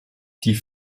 die